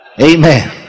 Amen